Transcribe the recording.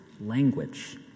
language